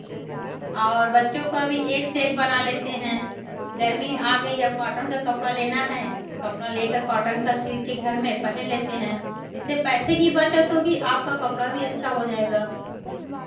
और बच्चों का भी एक से एक बना लेते हैं गर्मी आ गई है अब कॉटन का कपड़ा लेना है कपड़ा लेकर कॉटन का सिल के घर में पहन लेते हैं इससे पैसे की बचत होगी आपका कपड़ा भी अच्छा हो जाएगा